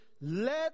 Let